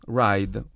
ride